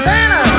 Santa